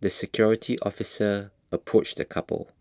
the security officer approached the couple